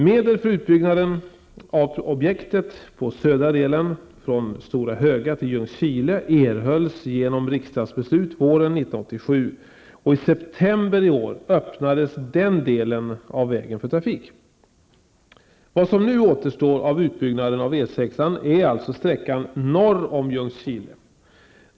Medel för utbyggnad av objektet på södra delen från Stora Vad som nu återstår av utbyggnaden av E 6-an är alltså sträckan norr om Ljungskile.